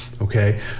Okay